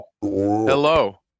Hello